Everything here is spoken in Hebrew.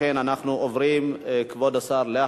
כבוד השר, אנחנו עוברים להצבעה.